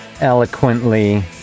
Eloquently